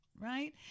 right